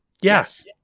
Yes